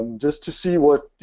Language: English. just to see what, you